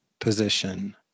position